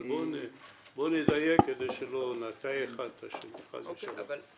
אבל בוא נדייק כדי שלא נטעה אחד את השני חס ושלום.